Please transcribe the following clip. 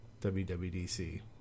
WWDC